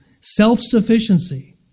Self-sufficiency